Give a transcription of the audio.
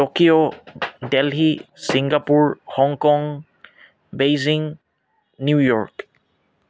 Tokyo Delhi Singapore Hong Kong Beijing New York